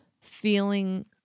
feeling